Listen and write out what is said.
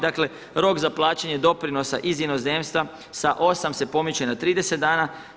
Dakle, rok za plaćanje doprinosa iz inozemstva sa 8 se pomiče na 30 dana.